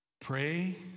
Pray